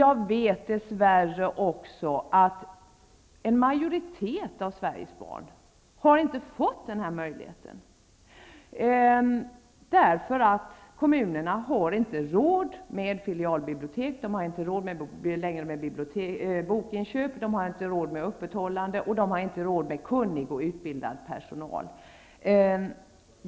Jag vet också att en majoriteten av Sveriges barn har dess värre inte fått den här möjligheten, på grund av att kommunerna inte har råd med filialbibliotek, bokinköp, biblioteksöppethållande och inte med kunnig och utbildad personal.